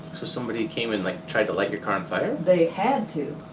so somebody came and like tried to light your car on fire? they had to.